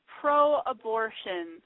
pro-abortion